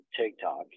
TikTok